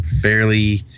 fairly